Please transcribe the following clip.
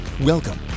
Welcome